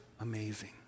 amazing